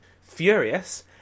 Furious